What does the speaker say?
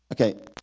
Okay